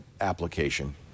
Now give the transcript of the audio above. application